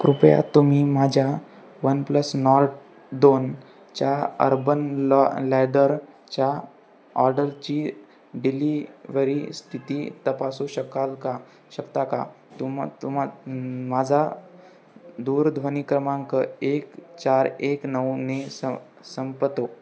कृपया तुम्ही माझ्या वनप्लस नॉर्ट दोनच्या अर्बन लॉ लॅदरच्या ऑर्डरची डिलिवरी स्थिती तपासू शकाल का शकता का तुम तुम माझा दूरध्वनी क्रमांक एक चार एक नऊ ने सं संपतो